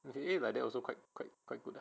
eh like that also quite quite quite good ah